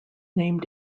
named